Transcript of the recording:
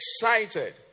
excited